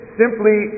simply